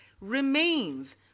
remains